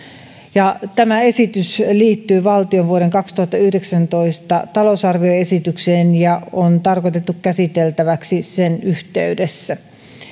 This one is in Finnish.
tämä esitys liittyy valtion vuoden kaksituhattayhdeksäntoista talousarvioesitykseen ja on tarkoitettu käsiteltäväksi sen yhteydessä